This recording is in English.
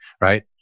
right